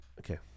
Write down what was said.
Okay